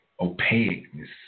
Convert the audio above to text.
opaqueness